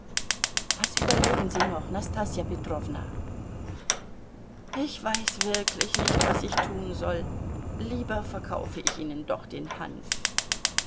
was überlegen sie sich noch nastassja petrowna ich weiß wirklich nicht was ich tun soll lieber verkaufe ich ihnen doch den hanf